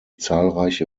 zahlreiche